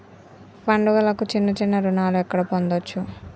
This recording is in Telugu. పండుగలకు చిన్న చిన్న రుణాలు ఎక్కడ పొందచ్చు?